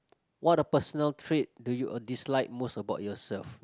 what a personal trait do you uh dislike most about yourself